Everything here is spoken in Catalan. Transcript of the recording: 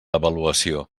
avaluació